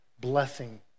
blessing